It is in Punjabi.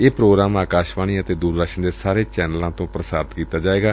ਇਹ ਪ੍ਰੋਗਰਾਮ ਅਕਾਸ਼ਵਾਣੀ ਅਤੇ ਦੂਰਦਰਸ਼ਨ ਦੇ ਸਾਰੇ ਚੈਨਲਾਂ ਤੋਂ ਪ੍ਸਾਰਿਤ ਕੀਤਾ ਜਾਏਗਾ